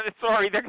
Sorry